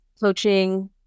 coaching